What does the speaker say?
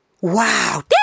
Wow